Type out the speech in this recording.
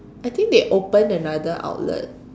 I think they opened another outlet